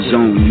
Zone